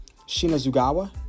Shinazugawa